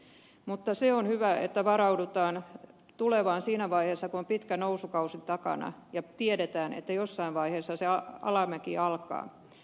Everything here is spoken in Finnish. mutta se on hyvä että varaudutaan tulevaan siinä vaiheessa kun on pitkä nousukausi takana ja tiedetään että jossain vaiheessa se alamäki alkaa